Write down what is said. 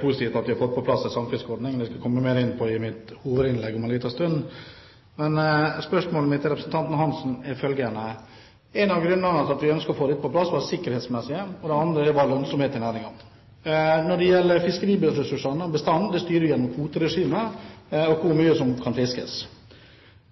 positivt at vi har fått på plass en samfiskeordning. Jeg skal komme mer inn på det i mitt hovedinnlegg om en liten stund. En av grunnene til at vi ønsket å få dette på plass, var det sikkerhetsmessige aspektet. En annen grunn til det var lønnsomheten i næringen. Når det gjelder fiskeressursene, fiskebestanden, styrer man hvor mye som kan fiskes,